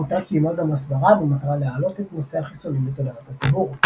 העמותה קיימה גם הסברה במטרה להעלות את נושא החיסונים לתודעת הציבור.